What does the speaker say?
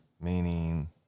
meaning